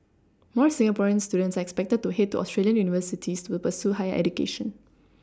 more Singaporean students are expected to head to Australian universities to pursue higher education